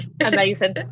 amazing